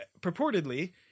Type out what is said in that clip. purportedly